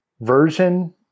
version